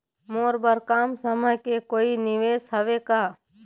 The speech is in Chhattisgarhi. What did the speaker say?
मोर बर कम समय के कोई निवेश हावे का?